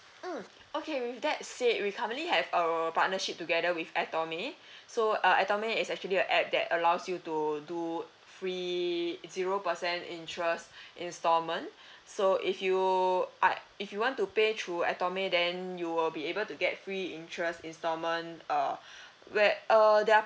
hmm okay with that said we currently have a partnership together with Atome so uh Atome is actually a app that allows you do free zero percent interest installment so if you are if you want to pay through Atome then you will be able to get free interest installment uh where err their